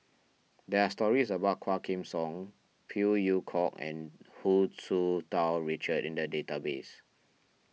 there are stories about Quah Kim Song Phey Yew Kok and Hu Tsu Tau Richard in the database